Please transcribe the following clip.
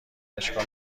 اشکال